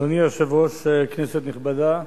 אדוני היושב-ראש, כנסת נכבדה,